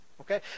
okay